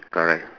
alright